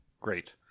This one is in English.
Great